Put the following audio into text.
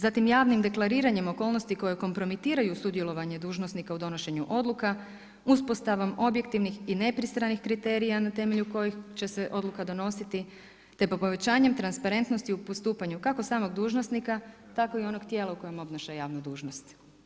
Zatim javnim deklariranjem okolnosti koje kompromitiraju sudjelovanje dužnosnika u donošenju odluka uspostavom objektivnih i nepristranih kriterija na temelju kojih će se odluka donositi te po povećanjem transparentnosti kako samog dužnosnika, tako i onog tijela u kojem obnaša javnu dužnost.